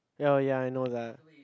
oh ya I know that